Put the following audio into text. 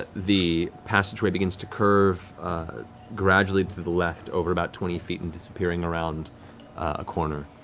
ah the passageway begins to curve gradually to the left over about twenty feet, and disappearing around a corner.